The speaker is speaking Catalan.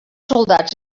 soldats